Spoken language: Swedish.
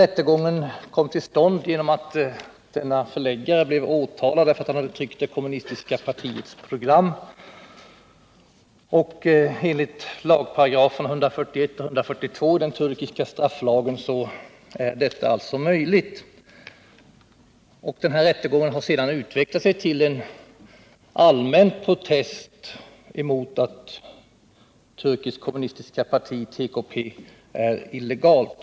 Rättegången kom till stånd därför att förläggaren hade åtalats för att han hade tryckt det kommunistiska partiets program. Enligt 141 och 142 §§ i den turkiska statslagen är det möjligt att igångsätta en sådan rättegång. Senare har rättegången utvecklats till en allmän protest mot att det turkiska kommunistpartiet TKP förklarats vara illegalt.